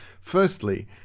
Firstly